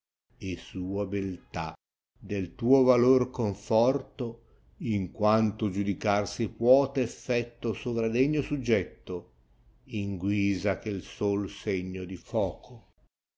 porto sua beltà del tuo valor conforto in quanto giudicar si puote effetto sovra degno suggetto in guisa che il sol segno di foco